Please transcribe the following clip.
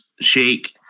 Shake